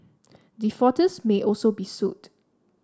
defaulters may also be sued